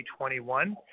2021